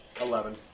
Eleven